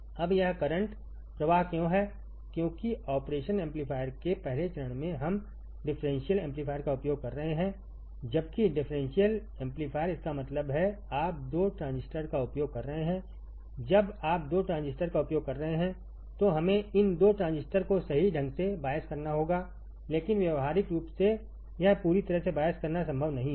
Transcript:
अब यह करंट प्रवाह क्यों है क्योंकि ऑपरेशन एम्पलीफायर के पहले चरण में हम डिफरेंशियल एम्पलीफायर का उपयोग कर रहे हैं जबकि डिफरेंशियल एम्पलीफायरइसका मतलब है आप 2 ट्रांजिस्टर का उपयोग कर रहे हैं जब आप 2 ट्रांजिस्टर का उपयोग कर रहे हैं तो हमेंइन 2 ट्रांजिस्टर को सही ढंगसे बायस करनाहोगा लेकिन व्यावहारिक रूप से यह पूरी तरह से बायस करना संभव नहीं है